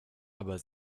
aber